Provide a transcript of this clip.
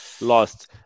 lost